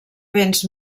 béns